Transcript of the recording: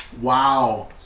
Wow